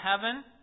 heaven